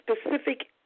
specific